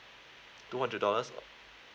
two hundred dollars